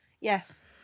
yes